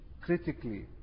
critically